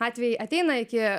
atvejai ateina iki